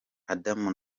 adam